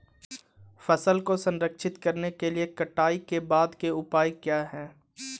फसल को संरक्षित करने के लिए कटाई के बाद के उपाय क्या हैं?